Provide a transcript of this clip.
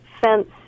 fence